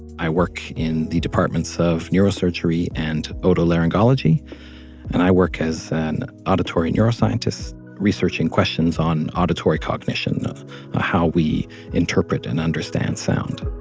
i work in the departments of neurosurgery and otolaryngology and i work as an auditory neuroscientist researching questions on auditory cognition, on ah how we interpret and understand sound